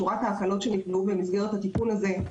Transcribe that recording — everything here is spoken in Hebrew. שורת ההקלות שנקבעו במסגרת התיקון הזה הן: